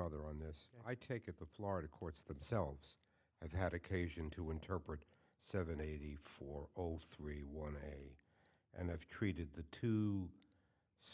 other on this i take it the florida courts themselves i've had occasion to interpret seven eighty four zero three one today and i've treated the two